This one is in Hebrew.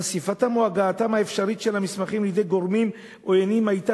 חשיפתם או הגעתם האפשרית של המסמכים לידי גורמים עוינים היתה